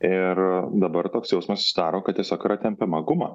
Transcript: ir dabar toks jausmas susidaro kad tiesiog yra tempiama guma